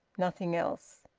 nothing else.